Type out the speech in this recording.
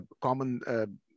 common